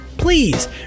Please